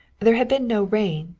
there had been no rain,